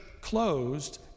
closed